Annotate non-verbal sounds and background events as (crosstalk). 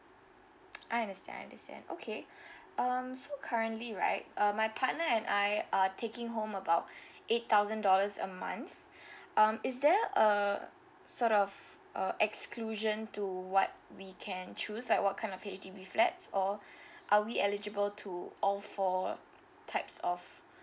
I understand understand okay (breath) um so currently right uh my partner and I are taking home about (breath) eight thousand dollars a month (breath) um is there uh sort of uh exclusion to what we can choose like what kind of H_D_B flats or (breath) are we eligible to all four types of